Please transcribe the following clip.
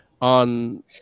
on